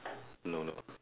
no no